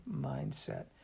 mindset